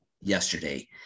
yesterday